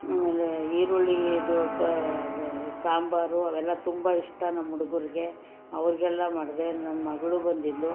ಆಮೇಲೆ ಈರುಳ್ಳಿದು ಪ ಸಾಂಬಾರು ಅವೆಲ್ಲ ತುಂಬ ಇಷ್ಟ ನಮ್ಮ ಹುಡುಗುರಿಗೆ ಅವ್ರಿಗೆಲ್ಲ ಮಾಡಿದೆ ನನ್ನ ಮಗಳು ಬಂದಿದ್ದಳು